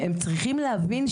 אם את לא יודעת --- אני אגיד רגע